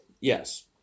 Yes